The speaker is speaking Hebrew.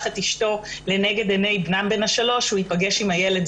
את אשתו לנגד עיניי בנם בן השלוש שהוא ייפגש עם הילד,